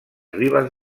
ribes